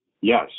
yes